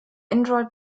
android